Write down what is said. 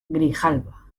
grijalba